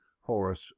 Horace